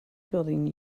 building